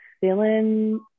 feeling